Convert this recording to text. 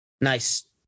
Nice